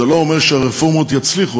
זה לא אומר שהרפורמות יצליחו,